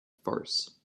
farce